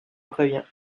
préviens